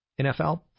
NFL